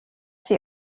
sie